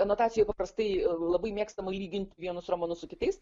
anotacijoj paprastai labai mėgstama lygint vienus romanus su kitais